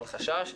אל חשש.